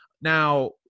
Now